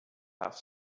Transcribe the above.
have